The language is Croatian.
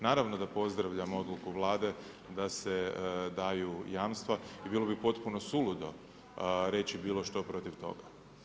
Naravno da pozdravljam odluku Vlade da se daju jamstva i bilo bi potpuno suludo reći bilo što protiv toga.